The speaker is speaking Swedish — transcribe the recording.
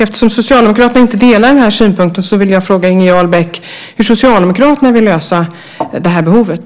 Eftersom Socialdemokraterna inte delar den synen vill jag fråga Inger Jarl Beck hur Socialdemokraterna vill lösa det här behovet.